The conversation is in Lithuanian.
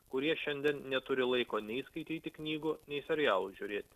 kurie šiandien neturi laiko nei skaityti knygų nei serialų žiūrėti